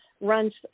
runs